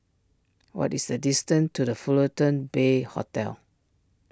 what is the distance to the Fullerton Bay Hotel